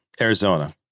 Arizona